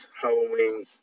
Halloween